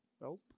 Nope